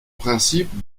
principe